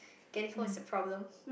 getting home is a problem